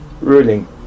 ruling